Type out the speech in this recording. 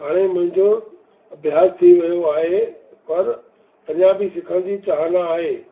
हाणे मुंहिंजो अभ्यास थी वियो आहे पर अञा बि सिखण जी चाहना आहे